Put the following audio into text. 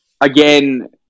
Again